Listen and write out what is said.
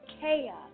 chaos